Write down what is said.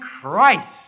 Christ